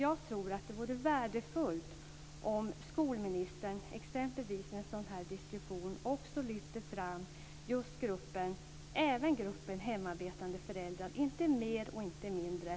Jag tror att det vore värdefullt om skolministern, exempelvis i en sådan här diskussion, också lyfter fram gruppen hemarbetande föräldrar - inte mer och inte mindre.